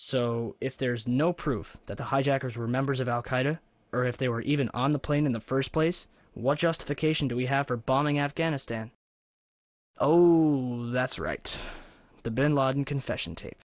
so if there is no proof that the hijackers were members of al qaeda or if they were even on the plane in the first place what justification do we have for bombing afghanistan that's right the bin laden confession tape